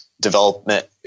development